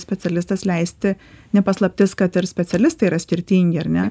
specialistas leisti ne paslaptis kad ir specialistai yra skirtingi ar ne